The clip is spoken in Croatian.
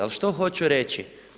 Ali što hoću reći?